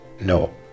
No